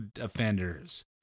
offenders